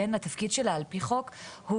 התפקיד שלה על פי חוק הוא